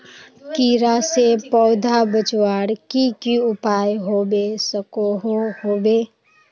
कीड़ा से पौधा बचवार की की उपाय होबे सकोहो होबे?